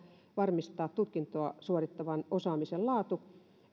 varmistaa tutkintoa suorittavien osaamisen laatu